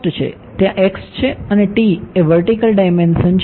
ત્યાં x છે અને t એ વર્ટીકલ ડાઇમેન્શન છે